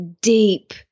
deep